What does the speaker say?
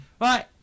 Right